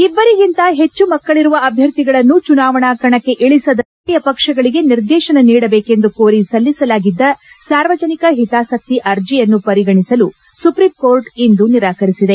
ಇಬ್ಬರಿಗಿಂತ ಹೆಚ್ಚು ಮಕ್ಕಳರುವ ಅಧ್ಯರ್ಥಿಗಳನ್ನು ಚುನಾವಣಾ ಕಣಕ್ಕೆ ಇಳಿಸದಂತೆ ರಾಜಕೀಯ ಪಕ್ಷಗಳಿಗೆ ನಿರ್ದೇಶನ ನೀಡಬೇಕೆಂದು ಕೋರಿ ಸಲ್ಲಿಸಲಾಗಿದ್ದ ಸಾರ್ವಜನಿಕ ಹಿತಾಸಕ್ತಿ ಅರ್ಜಿಯನ್ನು ಪರಿಗಣಿಸಲು ಸುಪ್ರೀಂಕೋರ್ಟ್ ಇಂದು ನಿರಾಕರಿಸಿದೆ